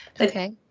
Okay